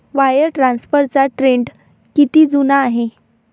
Wire ट्रान्सफरचा trend किती जुना आहे?